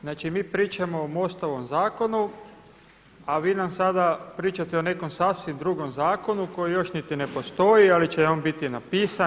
Znači, mi pričamo o MOST-ovom zakonu, a vi nam sada pričate o nekom sasvim drugom zakonu koji još niti ne postoji, ali će on biti napisan.